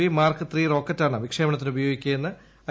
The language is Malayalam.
വി മാർക്ക് റോക്കറ്റാണ് വിക്ഷേപണത്തിന് ഉപ്പയോഗിക്കുകയെന്ന് ഐ